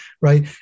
right